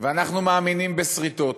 ואנחנו מאמינים בשריטות.